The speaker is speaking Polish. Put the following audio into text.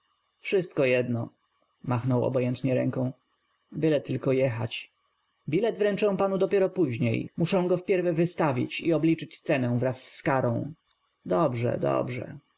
szystko jedno m achnął obojętnie ręką byle tylko jechać bilet w ręczę p an u dopiero później m u szę go w pierw w ystaw ić i obliczyć cenę w raz z karą d obrze dobrze